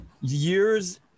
Years